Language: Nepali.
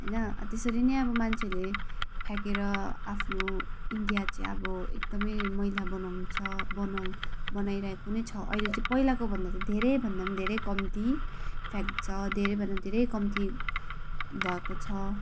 होइन आ त्यसरी नै अब मान्छेहरूले फ्याँकेर आफ्नो इन्डिया चाहिँ अब एकदमै मैला बनाउँछ बनाउ बनाइराखेको नै छ अहिले चाहिँ पहिलाको भन्दा त धेरैभन्दा पनि धेरै कम्ती फ्याँक्छ धेरैभन्दा धेरै कम्ती भएको छ